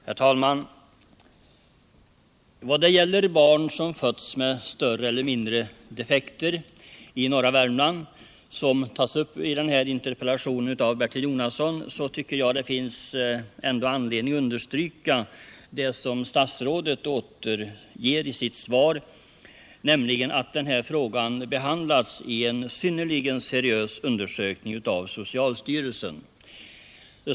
Herr talman! Vad gäller barn som fötts med större eller mindre defekter i norra Värmland, som tas upp i interpellationen av Bertil Jonasson, tycker jag det finns anledning att understryka det som statsrådet uppger i sitt svar, nämligen att denna fråga behandlats i en synnerligen seriös undersökning av socialstyrelsen.